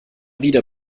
wieder